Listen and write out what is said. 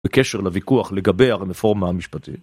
בקשר לוויכוח לגבי הרמפורמה המשפטית.